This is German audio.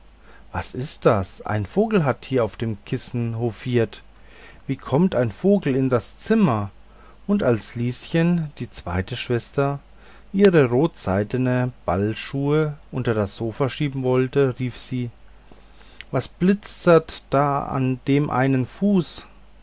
was ist das ein vogel hat hier auf dem kissen hofiert wie kommt ein vogel in das zimmer und als lieschen die zweite schwester ihre rotseidenen ballschuhe unter das sofa schieben wollte rief sie was blitzert da an dem einen fuße